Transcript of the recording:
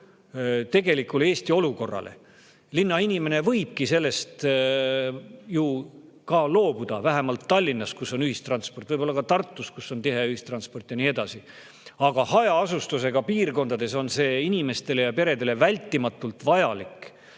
tegelikule Eesti olukorrale. Linnainimene võibki [autost] ju ka loobuda, vähemalt Tallinnas, kus on ühistransport, võib-olla ka Tartus, kus on tihe ühistranspordi[võrk] ja nii edasi, aga hajaasustusega piirkondades on [auto] inimestele ja peredele vältimatult vajalik.